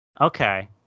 Okay